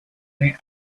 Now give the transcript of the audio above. avenida